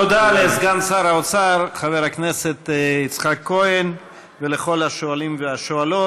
תודה לסגן שר האוצר חבר הכנסת יצחק כהן ולכל השואלים והשואלות.